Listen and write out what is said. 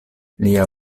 lia